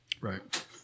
right